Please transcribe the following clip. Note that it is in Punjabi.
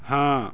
ਹਾਂ